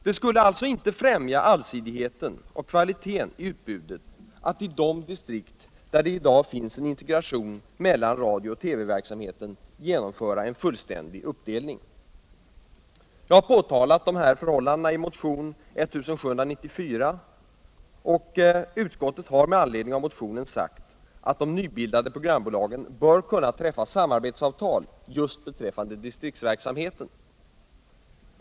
Det skulle alltså inte främja allsidigheten och kvaliteten i utbudet att i de distrikt där det i dag finns en integration mellan radio och TV-verksamheten genomföra en fullständig uppdelning. Jag har påtalat de här förhållandena i motion 1794. Utskottet har med anledning av motionen sagt att de nybildade programbolagen bör kunna träffa samarbetsavtal just beträffande distriktsverksamheten.